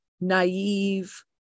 naive